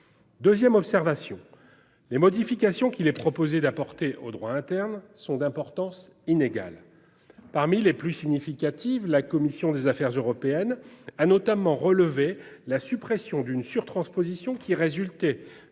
Deuxième observation les modifications qu'il ait proposé d'apporter au droit interne sont d'importance inégale. Parmi les plus significatives, la commission des Affaires européennes a notamment relevé la suppression d'une surtransposition qui résulte